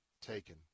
taken